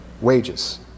wages